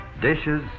Dishes